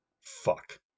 Fuck